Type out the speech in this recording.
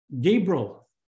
Gabriel